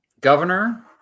governor